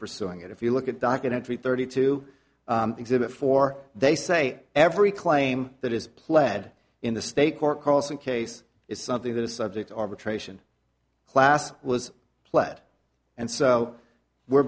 pursuing it if you look at documentary thirty two exhibit four they say every claim that is pled in the state court calls and case is something that is subject arbitration class was pled and so were